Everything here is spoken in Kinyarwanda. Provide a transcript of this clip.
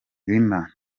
lima